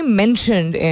mentioned